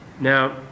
Now